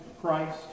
Christ